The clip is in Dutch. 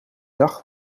dag